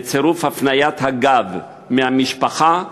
בצירוף הפניית הגב מהמשפחה,